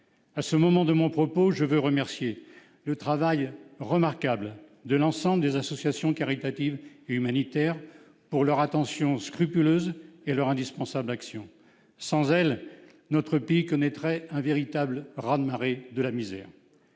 À ce moment de mon propos, je veux remercier le travail remarquable de l'ensemble des associations caritatives et humanitaires pour leur attention scrupuleuse et leur indispensable action. Sans elles, notre pays connaîtrait un véritable raz-de-marée de la misère.